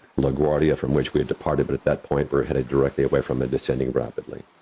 laguardia from which we had departed but at that point, we're headed directly away from it descending rapidly.